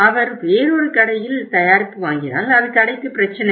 அவர் வேறொரு கடையில் தயாரிப்பு வாங்கினால் அது கடைக்கு பிரச்சினை